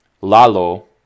Lalo